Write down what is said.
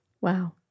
Wow